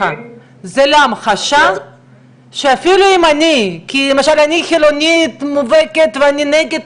זה להמחשה שאפילו אם אני כי אני חילונית מובהקת ואני נגד